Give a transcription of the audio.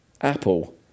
Apple